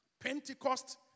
Pentecost